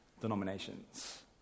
denominations